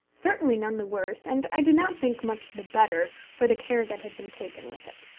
certainly none the worse, and i do not think much the better, for the care that had been taken with it.